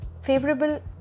favorable